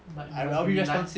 but you must be reli~